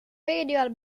radial